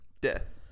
Death